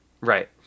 right